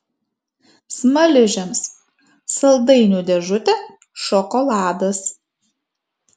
smaližiams saldainių dėžutė šokoladas